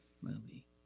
movie